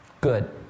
good